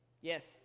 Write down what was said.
yes